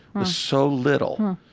with so little,